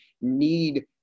need